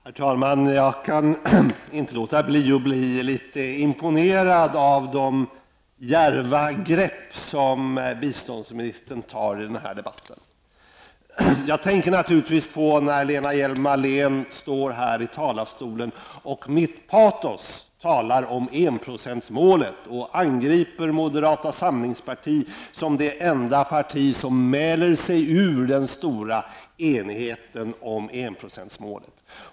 Herr talman! Jag kan inte låta bli att bli litet imponerad av de djärva grepp som biståndsministern tar i den här debatten. Lena Hjelm-Wallén står här i talarstolen och talar med patos om enprocentsmålet och angriper moderata samlingspartiet som det enda parti som ''mäler sig ur'' den stora enigheten om enprocentsmålet.